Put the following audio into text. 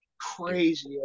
crazy